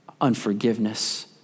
unforgiveness